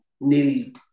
nearly